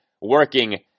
working